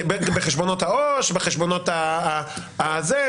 בחשבונות העו"ש, בחשבונות הזה.